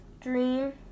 Dream